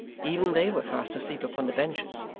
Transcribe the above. even they were fast asleep upon the benches,